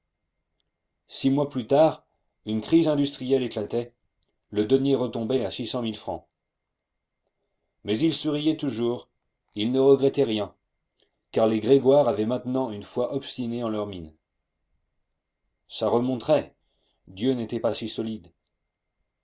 six mois plus tard une crise industrielle éclatait le denier retombait à six cent mille francs mais il souriait toujours il ne regrettait rien car les grégoire avaient maintenant une foi obstinée en leur mine ça remonterait dieu n'était pas si solide